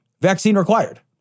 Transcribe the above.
vaccine-required